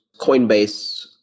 Coinbase